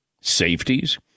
safeties